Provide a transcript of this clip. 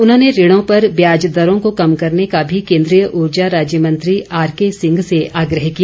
उन्होंने ऋणों पर ब्याज दरों को कम करने का भी केन्द्रीय ऊर्जा राज्य मंत्री आरकेसिंह से आग्रह किया